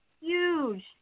huge